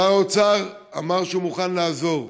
שר האוצר אמר שהוא מוכן לעזור.